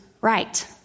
right